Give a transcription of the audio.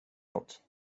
nåt